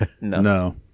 No